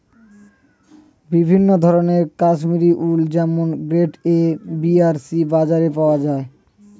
বিভিন্ন ধরনের কাশ্মীরি উল যেমন গ্রেড এ, বি আর সি বাজারে পাওয়া যায়